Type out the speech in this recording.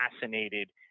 fascinated